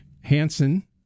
hansen